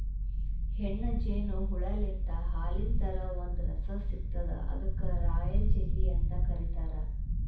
ಹೆಣ್ಣ್ ಜೇನು ಹುಳಾಲಿಂತ್ ಹಾಲಿನ್ ಥರಾ ಒಂದ್ ರಸ ಸಿಗ್ತದ್ ಅದಕ್ಕ್ ರಾಯಲ್ ಜೆಲ್ಲಿ ಅಂತ್ ಕರಿತಾರ್